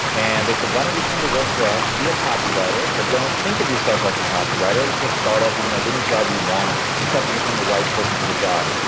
and they said, why don't you come to work for us, be a copywriter, but don't think of yourself like a copywriter. this is a startup. you can have any job you want. you just have to become the right person for the job.